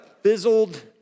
fizzled